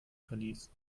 verlies